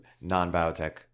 non-biotech